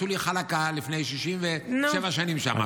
עשו לי חלאקה לפני 67 שנים שם,